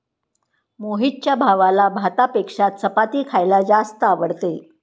मोहितच्या भावाला भातापेक्षा चपाती खायला जास्त आवडते